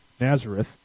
Nazareth